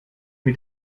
mit